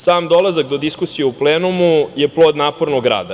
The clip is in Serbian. Sam dolazak do diskusije u plenumu je plod napornog rada.